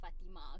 Fatima